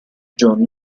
john